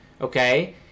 okay